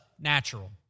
natural